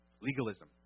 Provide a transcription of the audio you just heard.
Legalism